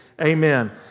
Amen